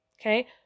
Okay